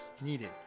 needed